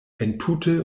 entute